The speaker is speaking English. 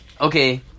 Okay